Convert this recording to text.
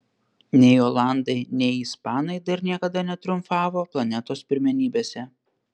nei olandai nei ispanai dar niekada netriumfavo planetos pirmenybėse